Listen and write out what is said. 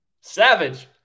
savage